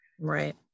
Right